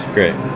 Great